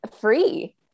free